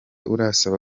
urasaba